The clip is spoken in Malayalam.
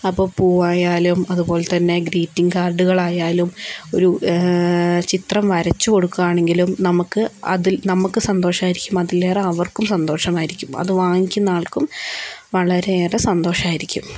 അപ്പോൾ പൂവായാലും അതുപോലെ തന്നെ ഗ്രീറ്റിങ് കാർഡുകളായാലും ഒരു ചിത്രം വരച്ചു കൊടുക്കുവാണെങ്കിലും നമുക്ക് അതിൽ നമുക്ക് സന്തോഷമായിരിക്കും അതിലേറെ അവർക്കും സന്തോഷമായിരിക്കും അത് വാങ്ങിക്കുന്ന ആൾക്കും വളരെയേറെ സന്തോഷമായിരിക്കും